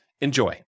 Enjoy